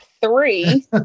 three